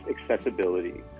accessibility